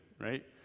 right